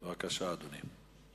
בבקשה, אדוני.